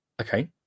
Okay